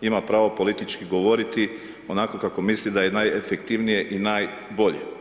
ima pravo politički govoriti onako kako mislim da je najefektivnije i najbolje.